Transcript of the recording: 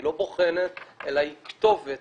היא לא בוחנת אלא היא כתובת